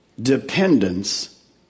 dependence